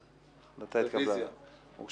הצבעה בעד ההרכב המוצע